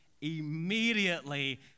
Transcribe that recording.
Immediately